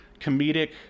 comedic